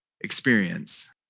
experience